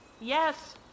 Yes